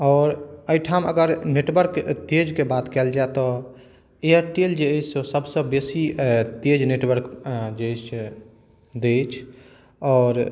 आओर एहिठाम अगर नेटवर्कके तेज के बात कयल जाय तऽ एयरटेल जे अछि से सबसे बेसी तेज नेटवर्क जे से अछि आओर